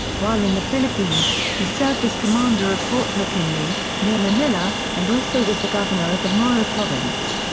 while in the philippines, he served as commander of fort mckinley, near manila, and also was the governor of the moro province.